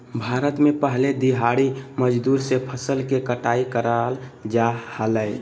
भारत में पहले दिहाड़ी मजदूर से फसल के कटाई कराल जा हलय